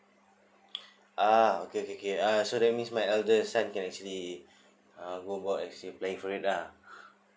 ah okay okay okay uh so that means my eldest son can actually uh go about actually applying for it lah